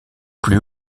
plus